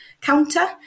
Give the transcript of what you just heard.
counter